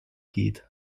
geht